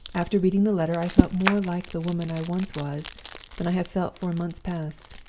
after reading the letter, i felt more like the woman i once was than i have felt for months past.